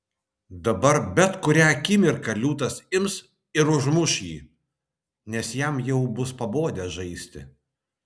dabar bet kurią akimirką liūtas ims ir užmuš jį nes jam jau bus pabodę žaisti